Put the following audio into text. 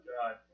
God